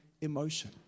emotion